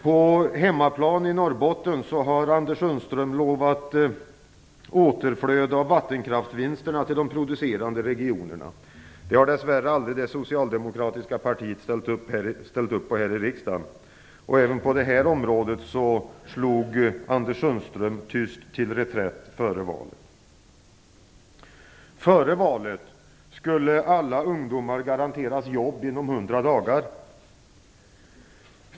På hemmaplan i Norrbotten har Anders Sundström lovat återflöde av vattenkraftsvinsterna till de producerande regionerna. Det har dess värre aldrig det socialdemokratiska partiet ställt upp på här i riksdagen. Även på detta område slog Anders Sundström tyst till reträtt före valet. Före valet sades att alla ungdomar skulle garanteras jobb inom 100 dagar.